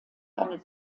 eine